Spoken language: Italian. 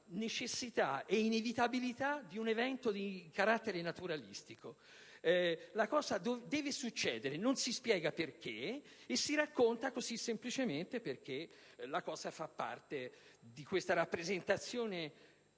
necessità e inevitabilità di un evento di carattere naturalistico: la cosa deve succedere, non si spiega perché e si racconta così, semplicemente perché fa parte di questa rappresentazione‑finzione,